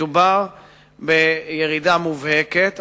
מדובר בירידה מובהקת,